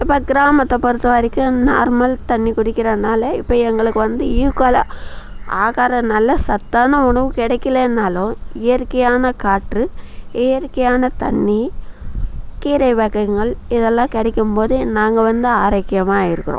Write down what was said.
இப்போ கிராமத்த பொறுத்த வரைக்கும் நார்மல் தண்ணி குடிக்கிறதுனால இப்போ எங்களுக்கு வந்து ஈக்குவலான ஆகாரம் நல்ல சத்தான உணவு கிடைக்கலன்னாலும் இயற்கையான காற்று இயற்கையான தண்ணி கீரை வகைகள் இதெல்லாம் கிடைக்கும்போது நாங்கள் வந்து ஆரோக்கியமாக இருக்கிறோம்